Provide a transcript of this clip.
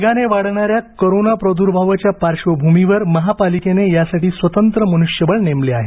वेगाने वाढणाऱ्या करोना प्रादुर्भावाच्या पार्श्वभूमीवर महापालिकेने यासाठी स्वतंत्र मनुष्यबळ नेमले आहे